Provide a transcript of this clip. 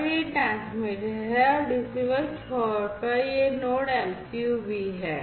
और यह ट्रांसमीटर है और रिसीवर छोर पर यह Node MCU भी है